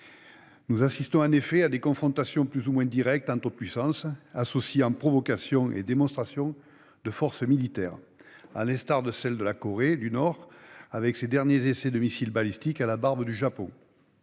Nous assistons en effet à des confrontations plus ou moins directes entre puissances, associant provocations et démonstrations de forces militaires, à l'instar de celles de la Corée du Nord avec ses derniers essais de missiles balistiques à la barbe du Japon.